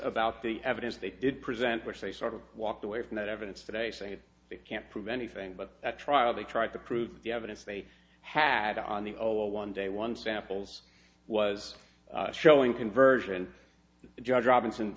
about the evidence they did present which they sort of walked away from that evidence today saying they can't prove anything but at trial they tried to prove the evidence they had on the zero one day one samples was showing conversion to the judge robins